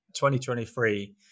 2023